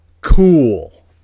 cool